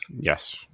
yes